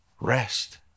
rest